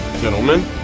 Gentlemen